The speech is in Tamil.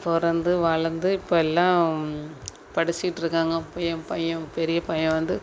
பிறந்து வளர்ந்து இப்போ எல்லாம் படிச்சிட்டுருக்காங்க என் பையன் பெரிய பையன் வந்து